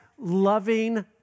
loving